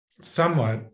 Somewhat